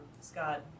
Scott